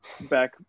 back